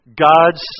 God's